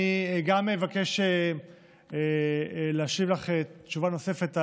אני גם אבקש להשיב לך תשובה נוספת,